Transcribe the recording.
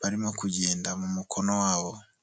barimo kugenda mu mukono wabo.